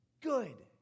good